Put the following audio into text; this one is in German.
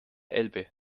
elbe